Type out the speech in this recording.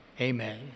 amen